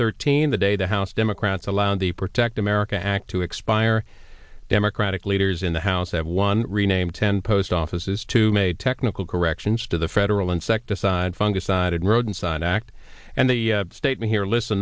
thirteenth the day the house democrats allowed the protect america act to expire democratic leaders in the house at one rename ten post offices to made technical corrections to the federal insecticide fungus sided roadside act and the statement here list